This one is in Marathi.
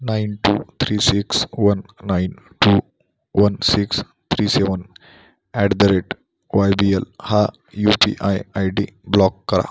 nine two three six one nine two one six three seven at the rate Y B L हा U P I I D block करा